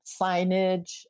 signage